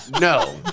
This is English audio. No